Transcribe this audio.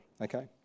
okay